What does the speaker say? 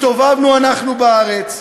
הסתובבנו אנחנו בארץ,